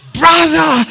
brother